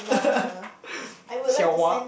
Xiao-Hua